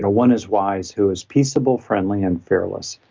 ah one is wise who is peaceable friendly and fearless.